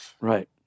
Right